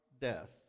death